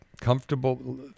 comfortable